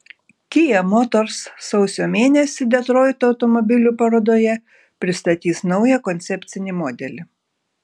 kia motors sausio mėnesį detroito automobilių parodoje pristatys naują koncepcinį modelį